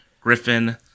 Griffin-